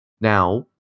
Now